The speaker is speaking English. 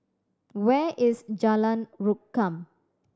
where is Jalan Rukam